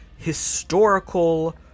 historical